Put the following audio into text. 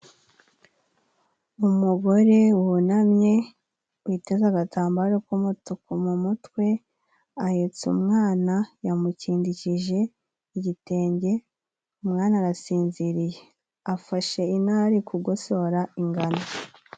Umugore wunamye witeza agatambaro k'umutuku mu mutwe, ahetse umwana yamukindikije igitenge, umwana arasinziriye afashe intara ari kugosora ingano.